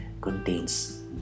contains